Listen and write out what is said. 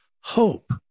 Hope